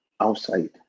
outside